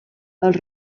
els